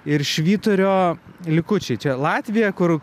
ir švyturio likučiai čia latvija kur